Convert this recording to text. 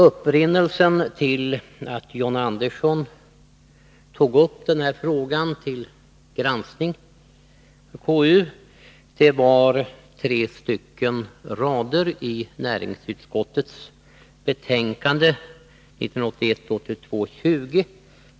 Upprinnelsen till att John Andersson tog upp den här frågan till granskning i KU var tre rader i näringsutskottets betänkande 1981/82:20.